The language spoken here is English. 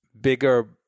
bigger